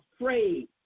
Afraid